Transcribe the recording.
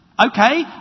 Okay